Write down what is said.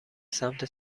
سمت